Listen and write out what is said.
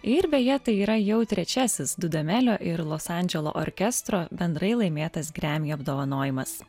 ir beje tai yra jau trečiasis dudamelio ir los andželo orkestro bendrai laimėtas gremy apdovanojimas